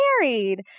married